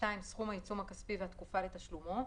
סכום העיצום הכספי והתקופה לתשלומו,